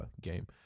game